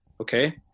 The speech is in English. Okay